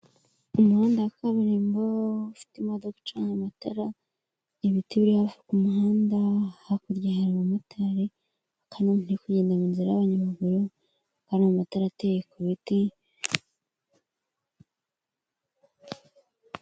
Umuhanda wa kaburimbo ufite imodoka icana amatara ibiti biri hafi ku muhanda hakurya hari umumotari, hakaba hari n'umuntu uri kugenda mu nzira y'abanyamaguru, hakaba amatara ateye ku biti.